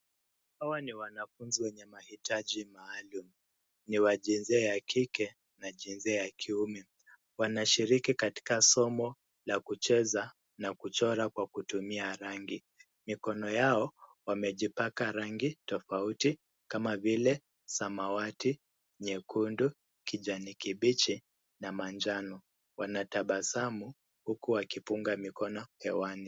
Hawa ni wanafunzi wenye mahitaji maalum ni wa jinsia ya kike na jinsia ya kiume. Wanashiriki katika somo la kucheza na kuchora kwa kutumia rangi. Wengi wao wamejipaka rangi tofauti kama vile samawati, nyekundu, kijani kibichi na manjano. Wanatabasamu huku wakipunga mikono hewani.